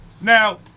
Now